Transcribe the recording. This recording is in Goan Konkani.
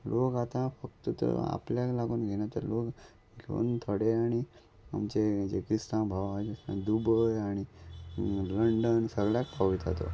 लोक आतां फक्त ते आपल्याक लागून घेयना तर लोक घेवन थोडे आनी आमचे हे जे क्रिस्तांव भाव आहा दुबय आनी लंडन सगळ्याक पावयता तो